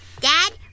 Dad